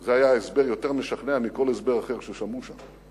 זה היה הסבר יותר משכנע מכל הסבר אחר ששמעו שם,